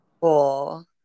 Cool